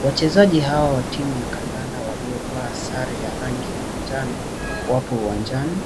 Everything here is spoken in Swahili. Wachezaji hawa wa timu ya kandanda waliyovaa sare wa rangi ya manjano wako uwanchani